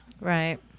Right